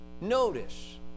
notice